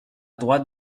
droite